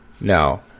No